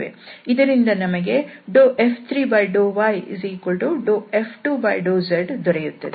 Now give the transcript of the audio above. ಇದರಿಂದ ನಮಗೆ F3∂yF2∂zದೊರೆಯುತ್ತದೆ